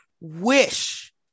wish